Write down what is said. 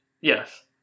Yes